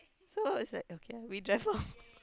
so is like okay lah we drive off